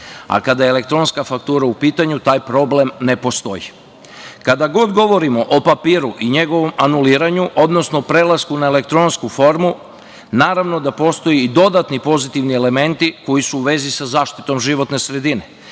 a kada je elektronska faktura u pitanju taj problem ne postoji. Kada govorimo o papiru i njegovom anuliranju, odnosno prelasku na elektronsku formu, naravno da postoje i dodatni pozitivni elementi koji su u vezi sa zaštitom životne sredine.